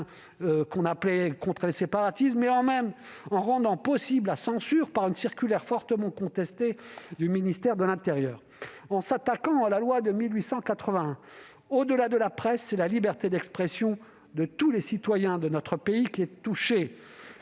loi dite « contre les séparatismes », et même en rendant possible la censure par une circulaire fortement contestée du ministère de l'intérieur ? En s'attaquant à la loi de 1881, au-delà de la presse, c'est la liberté d'expression tous les citoyens dans notre pays que l'on touche.